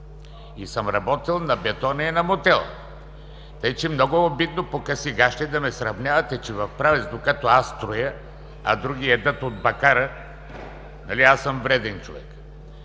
И съм работил на бетона и на мотела. Така че е много обидно по къси гащи да ме сравнявате, че в Правец, докато аз строя, а други ядат от бакара, аз съм вреден човек.